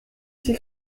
six